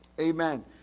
amen